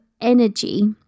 energy